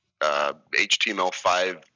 HTML5